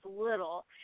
little